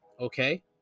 Okay